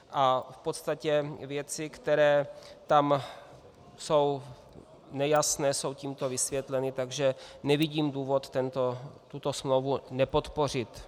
V podstatě věci, které tam jsou nejasné, jsou tímto vysvětleny, takže nevidím důvod tuto smlouvu nepodpořit.